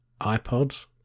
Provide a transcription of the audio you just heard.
iPod